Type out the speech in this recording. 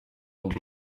old